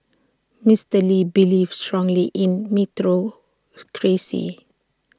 Mister lee believed strongly in meritocracy